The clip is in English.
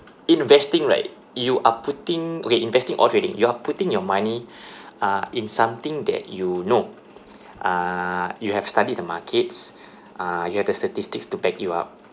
investing right you are putting okay investing or trading you are putting your money uh in something that you know uh you have studied the markets uh you have the statistics to back you up